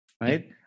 right